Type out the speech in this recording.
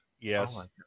Yes